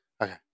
Okay